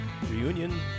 Reunion